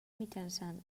mitjançant